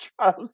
trust